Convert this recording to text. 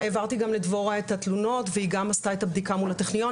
העברתי גם לדבורה את התלונות והיא גם עשתה את הבדיקה מול הטכניון.